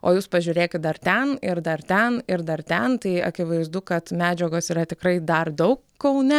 o jūs pažiūrėkit dar ten ir dar ten ir dar ten tai akivaizdu kad medžiagos yra tikrai dar daug kaune